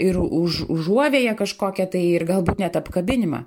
ir už užuovėją kažkokią tai ir galbūt net apkabinimą